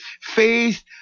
Faith